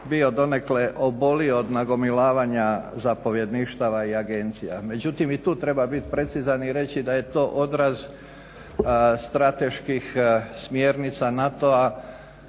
bio donekle obolio od nagomilavanja zapovjedništava i agencija. Međutim, i tu treba bit precizan i reći da je to odraz strateških smjernica NATO-a